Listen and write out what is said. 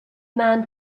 man